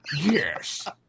Yes